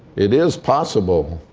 it is possible.